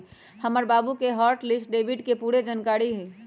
हमर बाबु के हॉट लिस्ट डेबिट के पूरे जनकारी हइ